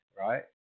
right